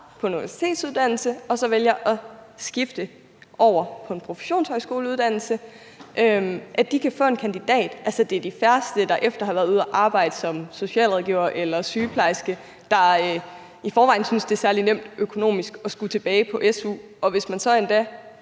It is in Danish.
på en universitetsuddannelse og så vælger at skifte over på en professionshøjskoleuddannelse, for, at de kan få en kandidat. Det er de færreste, som efter at have været ude og arbejde som socialrådgiver eller sygeplejerske, der i forvejen synes, det er særlig nemt økonomisk at skulle tilbage på su, og hvis man så endda